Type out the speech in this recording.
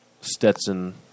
Stetson